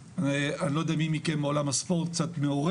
אני לא יודע מי מכם מעולם הספורט ומעורה